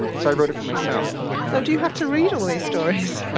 so i wrote it for myself. so do you have to read all these stories?